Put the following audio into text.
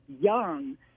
young